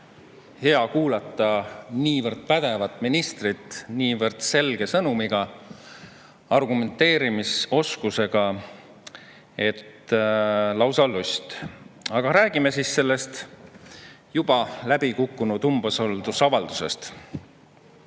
hea kuulata niivõrd pädevat ministrit niivõrd selge sõnumiga ja argumenteerimisoskusega. Lausa lust! Aga räägime sellest juba läbi kukkunud umbusaldusavaldusest. Umbusalduse